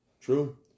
True